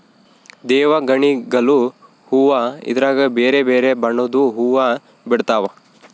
ದೇವಗಣಿಗಲು ಹೂವ್ವ ಇದ್ರಗ ಬೆರೆ ಬೆರೆ ಬಣ್ಣದ್ವು ಹುವ್ವ ಬಿಡ್ತವಾ